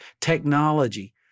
technology